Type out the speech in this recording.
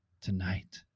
tonight